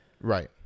Right